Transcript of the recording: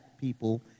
people